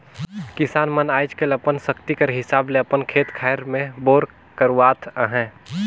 किसान मन आएज काएल अपन सकती कर हिसाब ले अपन खेत खाएर मन मे बोर करवात अहे